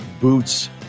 boots